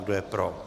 Kdo je pro?